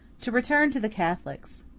to return to the catholics.